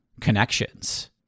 connections